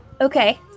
Okay